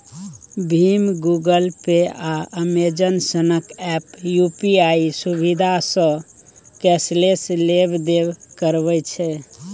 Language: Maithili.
भीम, गुगल पे, आ अमेजन सनक एप्प यु.पी.आइ सुविधासँ कैशलेस लेब देब करबै छै